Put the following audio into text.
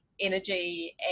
energy